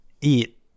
eat